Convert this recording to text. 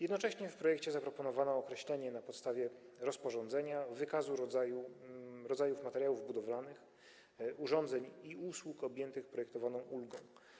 Jednocześnie w projekcie zaproponowano określenie, na podstawie rozporządzenia, wykazu rodzajów materiałów budowlanych, urządzeń i usług objętych projektowaną ulgą.